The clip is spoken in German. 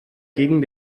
gegen